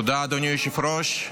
תודה, אדוני היושב-ראש.